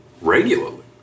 regularly